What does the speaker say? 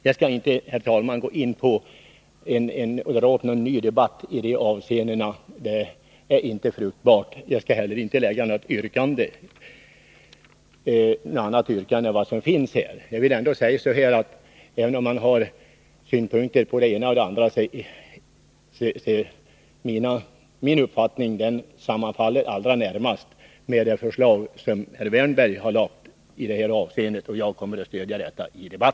Jag skall inte, herr talman, dra upp någon ny debatt i de avseendena — det är inte fruktbart. Jag skall inte heller framställa något yrkande som avviker från de redan framlagda. Även om jag kan ha egna synpunkter i olika avseenden, överensstämmer min uppfattning närmast med det förslag som herr Wärnberg har framlagt, och jag kommer att stödja detta förslag.